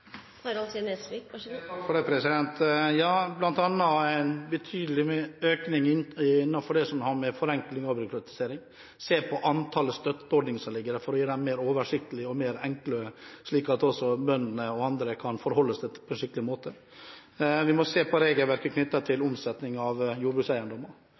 representanten Nesvik på: Hvilke andre reformer ser han for seg for å øke lønnsomheten innenfor landbruket? Det handler bl.a. om en betydelig økning innenfor det som har med forenkling og avbyråkratisering å gjøre. Det handler om å se på antallet støtteordninger som foreligger her, for å gjøre dem enklere og mer oversiktlige, slik at bønder og andre kan forholde seg til dem på en skikkelig måte. Vi må se på regelverket